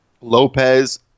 Lopez